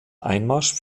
einmarsch